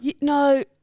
No